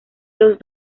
los